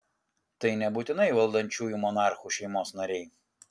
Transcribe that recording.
tai nebūtinai valdančiųjų monarchų šeimos nariai